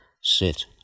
Sit